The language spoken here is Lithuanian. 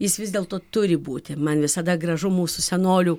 jis vis dėlto turi būti man visada gražu mūsų senolių